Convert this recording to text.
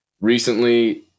Recently